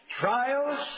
trials